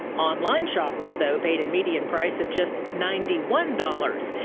online shoppers though paid a median price of just ninety one dollars.